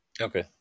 Okay